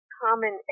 common